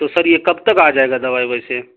تو سر یہ کب تک آ جائے گا دوائی ویسے